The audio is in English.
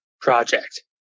project